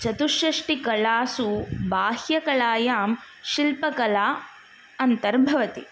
चतुषष्टिकलासु बाह्यकलायां शिल्पकला अन्तर्भवति